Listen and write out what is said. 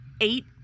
eight